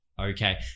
Okay